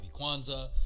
Kwanzaa